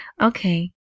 Okay